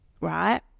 Right